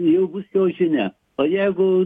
jau bus jo žinia o jeigu